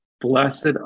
blessed